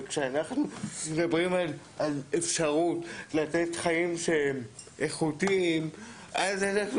אנחנו מדברים על אפשרות לתת חיים איכותיים אז אנחנו